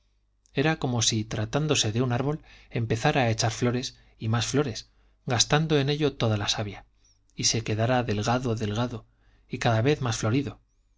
era como si tratándose de un árbol empezara a echar flores y más flores gastando en esto toda la savia y se quedara delgado delgado y cada vez más florido